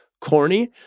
corny